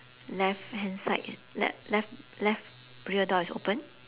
left hand side is le~ left left rear door is open